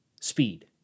speed